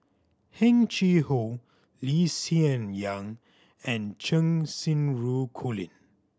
Heng Chee How Lee Hsien Yang and Cheng Xinru Colin